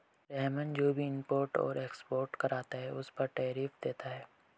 रहमान जो भी इम्पोर्ट और एक्सपोर्ट करता है उस पर टैरिफ देता है